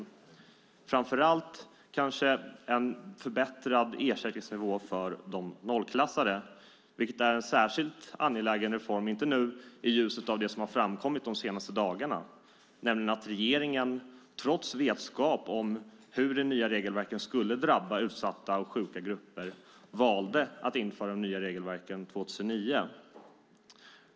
Det gäller kanske framför allt en förbättrad ersättningsnivå för de nollklassade. Det är en särskilt angelägen reform inte minst i ljuset av det som framkommit de senaste dagarna, nämligen att regeringen trots vetskap om hur de nya reglerna skulle drabba utsatta och sjuka grupper valde att införa dem 2009.